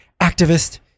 activist